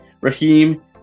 Raheem